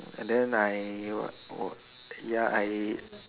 and then I what work ya I